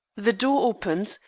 the door opened,